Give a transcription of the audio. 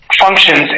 functions